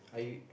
I u~